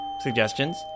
Suggestions